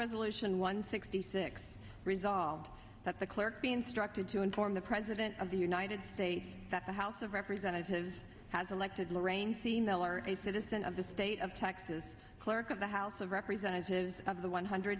resolution one sixty six resolved that the clerk be instructed to inform the president of the united states that the house of representatives has elected lorraine's e mail or a citizen of the state of texas clerk of the house of representatives of the one hundred